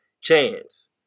chance